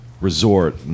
Resort